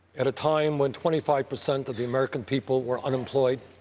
at a time when twenty five percent of the american people were unemployed,